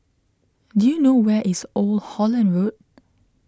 do you know where is Old Holland Road